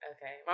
Okay